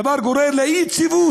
דבר גורם לאי-יציבות,